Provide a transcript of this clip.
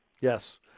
Yes